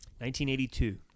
1982